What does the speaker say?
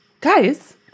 Guys